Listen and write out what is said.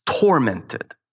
tormented